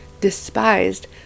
despised